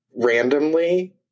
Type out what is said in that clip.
randomly